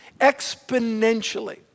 exponentially